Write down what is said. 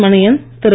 Maniyan Thiru